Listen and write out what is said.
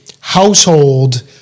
household